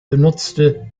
benutzte